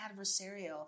adversarial